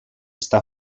està